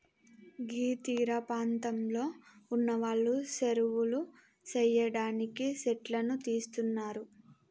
గీ తీరపాంతంలో ఉన్నవాళ్లు సెరువులు సెయ్యడానికి సెట్లను తీస్తున్నరు